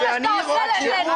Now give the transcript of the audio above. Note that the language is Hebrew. זה מה שאתה עושה לניצב במשטרה?